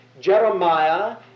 Jeremiah